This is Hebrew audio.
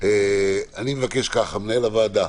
אני מבקש ממנהל הוועדה